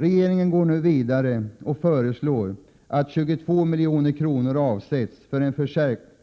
Regeringen går nu vidare och föreslår att 22 milj.kr. avsätts för en